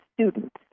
students